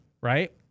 right